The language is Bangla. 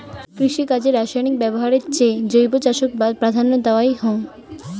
কৃষিকাজে রাসায়নিক ব্যবহারের চেয়ে জৈব চাষক প্রাধান্য দেওয়াং হই